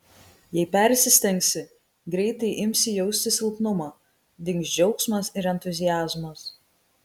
jei persistengsi greitai imsi jausti silpnumą dings džiaugsmas ir entuziazmas